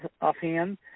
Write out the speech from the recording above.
offhand